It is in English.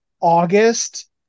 August